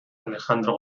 alejandro